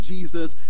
Jesus